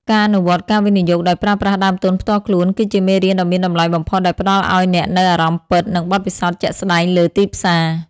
ការអនុវត្តការវិនិយោគដោយប្រើប្រាស់ដើមទុនផ្ទាល់ខ្លួន គឺជាមេរៀនដ៏មានតម្លៃបំផុតដែលផ្ដល់ឱ្យអ្នកនូវអារម្មណ៍ពិត និងបទពិសោធន៍ជាក់ស្ដែងលើទីផ្សារ។